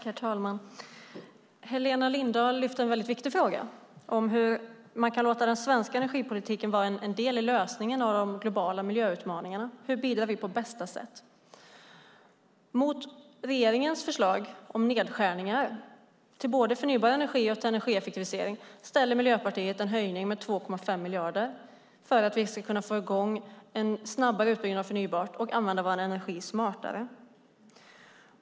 Herr talman! Helena Lindahl lyfter upp en mycket viktig fråga: hur man kan låta den svenska energipolitiken vara en del i lösningen av de globala miljöutmaningarna och hur vi bidrar på bästa sätt. Mot regeringens förslag om nedskärningar för både förnybar energi och energieffektivisering ställer Miljöpartiet en höjning med 2,5 miljarder för att vi ska få i gång en snabbare utbyggnad av förnybar energi och kunna använda vår energi smartare.